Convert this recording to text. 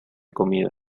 comida